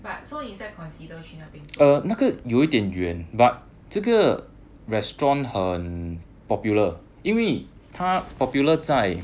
but so 你在 consider 去那边做